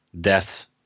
death